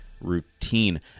routine